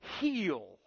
heal